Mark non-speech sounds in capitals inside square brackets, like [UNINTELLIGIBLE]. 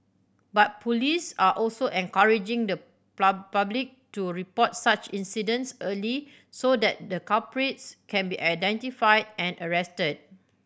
but police are also encouraging the [UNINTELLIGIBLE] public to report such incidents early so that the culprits can be identified and arrested